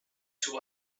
two